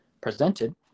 presented